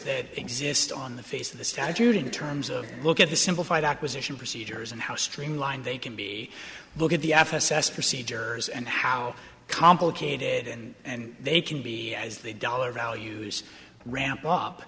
that exist on the face of the statute in terms of look at the simplified acquisition procedures and how streamlined they can be look at the f s s procedures and how complicated and they can be as the dollar values ramp up